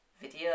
video